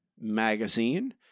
magazine